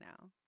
now